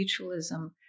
mutualism